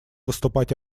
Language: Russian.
выступать